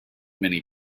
many